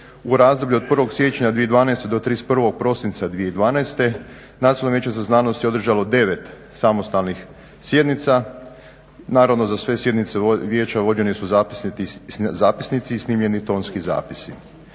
u razdoblju od 1. siječnja 2012. do 31. prosinca 2012. Nacionalno vijeće za znanost je održalo 9 samostalnih sjednica. Naravno za sve sjednice Vijeća vođeni su zapisnici i snimljeni tonski zapisi.